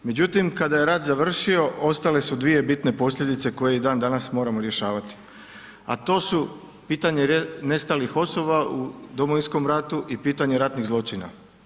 Međutim, kada je rat završio, ostale su dvije bitne posljedice, koje i dan danas moramo rješavati, a to su pitanje nestalih osoba u Domovinskom ratu i pitanje ratnih zločina.